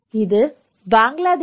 இது பங்களாதேஷ்